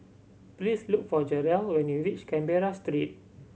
please look for Jarrell when you reach Canberra Street